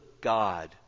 God